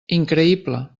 increïble